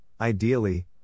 ideally